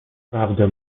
prawdę